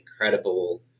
incredible